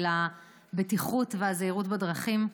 של הבטיחות והזהירות בדרכים.